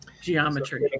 geometry